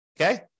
okay